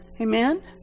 amen